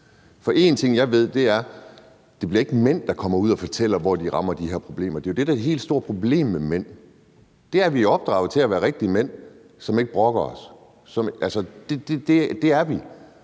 For en ting, jeg ved, er, at det ikke bliver mændene, der kommer ud og fortæller, hvor de rammer de her problemer. Det er jo det, der er det helt store problem med mænd: Vi er opdraget til at være rigtige mænd, som ikke brokker os; det er vi.